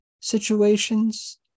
situations